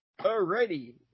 Alrighty